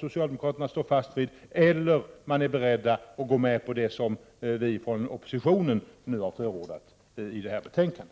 socialdemokraterna står fast vid det beslutet eller om de är beredda att gå med på det som vi i oppositionen förordar i detta betänkande.